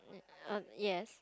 mm~ err yes